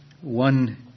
one